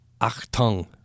Achtung